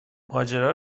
ماجرا